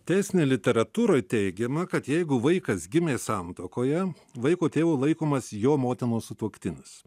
teisinėj literatūroj teigiama kad jeigu vaikas gimė santuokoje vaiko tėvu laikomas jo motinos sutuoktinis